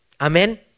Amen